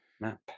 Map